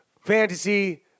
Fantasy